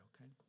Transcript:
okay